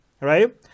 right